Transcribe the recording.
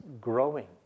growing